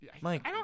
Mike